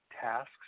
tasks